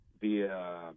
via